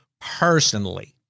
personally